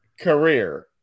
career